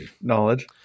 knowledge